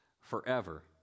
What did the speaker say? forever